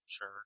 Sure